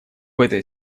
этой